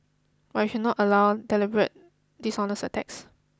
but we should not allow deliberate dishonest attacks